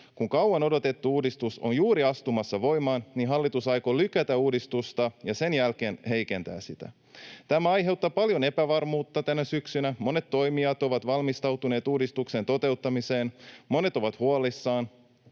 kun kauan odotettu uudistus on juuri astumassa voimaan, niin hallitus aikoo lykätä uudistusta ja sen jälkeen heikentää sitä. Tämä aiheuttaa paljon epävarmuutta tänä syksynä: monet toimijat ovat valmistautuneet uudistuksen toteuttamiseen, monet ovat huolissaan.